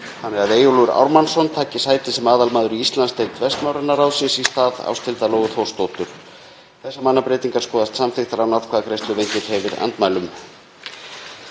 þannig að Eyjólfur Ármannsson taki sæti sem aðalmaður í Íslandsdeild Vestnorræna ráðsins í stað Ásthildar Lóu Þórsdóttur. Þessar mannabreytingar skoðast samþykktar án atkvæðagreiðslu ef enginn hreyfir andmælum.